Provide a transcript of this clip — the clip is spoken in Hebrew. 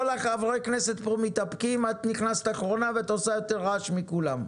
כל החברי כנסת פה מתאפקים את נכנסת אחרונה ואת עושה יותר רעש מכולם,